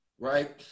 right